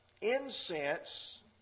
incense